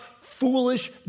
foolish